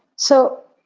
so,